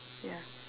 ya